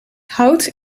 hout